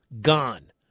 gone